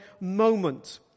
moment